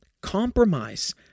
compromise